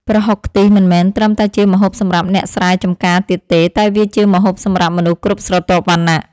ប្រហុកខ្ទិះមិនមែនត្រឹមតែជាម្ហូបសម្រាប់អ្នកស្រែចម្ការទៀតទេតែវាជាម្ហូបសម្រាប់មនុស្សគ្រប់ស្រទាប់វណ្ណៈ។